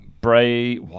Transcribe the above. Bray